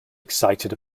excited